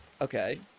Okay